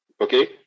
Okay